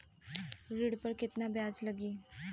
ऋण पर केतना ब्याज लगी?